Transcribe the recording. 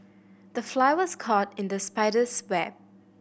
the fly was caught in the spider's web